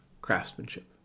craftsmanship